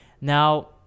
Now